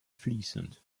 fließend